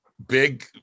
big